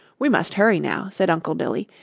we must hurry now, said uncle billy,